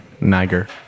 Niger